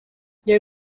there